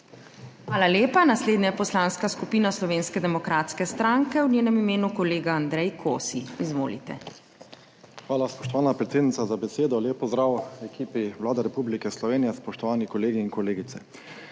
Hvala lepa. Naslednja poslanska skupina Slovenske demokratske stranke, v njenem imenu kolega Andrej Kosi. Izvolite. **ANDREJ KOSI (PS SDS):** Hvala, spoštovana predsednica, za besedo. Lep pozdrav ekipi Vlade Republike Slovenije. Spoštovani kolegi in kolegice.